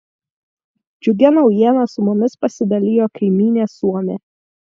džiugia naujiena su mumis pasidalijo kaimynė suomė